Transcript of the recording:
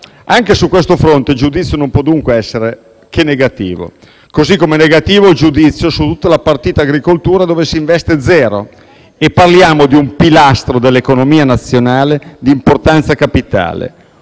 Anche su questo fronte il giudizio non può che essere, dunque, negativo, così come negativo è il giudizio su tutta la partita agricoltura, dove si investe zero, e parliamo di un pilastro dell'economia nazionale di importanza capitale.